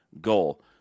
goal